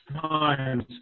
times